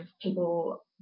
people